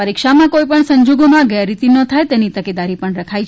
પરીક્ષાઓમાં કોઈપણ સંજોગોમાં ગેરરીતિ ન થાય તેની તકેદારી પણ રાખાઈ છે